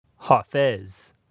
Hafez